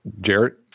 Jarrett